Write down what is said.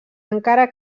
encara